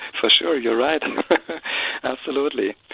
for sure you're right absolutely.